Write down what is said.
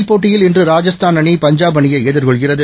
எல்போட்டியில்இன்றுராஜஸ்தான்அணி பஞ்சாப்அணியைஎதிர்கொள்கிறது